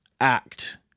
act